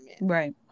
right